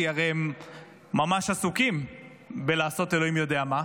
כי הם הרי ממש עסוקים בלעשות אלוהים יודע מה.